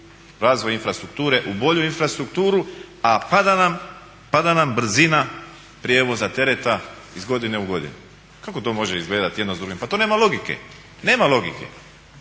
razvoj infrastrukture, u bolju infrastrukturu a pada nam brzina prijevoza tereta iz godine u godinu? Kako to može izgledati jedno s drugim. Pa to nema logike, nema logike,